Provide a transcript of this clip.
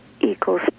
equals